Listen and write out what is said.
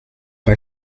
bei